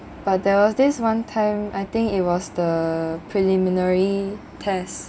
but there was this one time I think it was the preliminary test